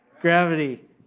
Gravity